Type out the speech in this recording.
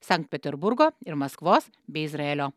sankt peterburgo ir maskvos bei izraelio